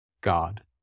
God